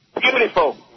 beautiful